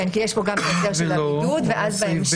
כן, כי יש פה גם את ההסדר של הבידוד ואז בהמשך.